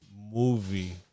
movie